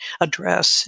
address